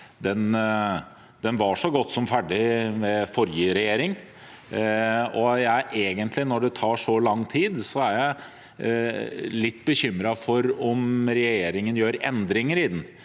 Den var så godt som ferdig under forrige regjering, og når det tar så lang tid, er jeg egentlig litt bekymret for om regjeringen gjør endringer i den.